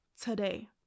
today